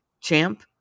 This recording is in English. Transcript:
champ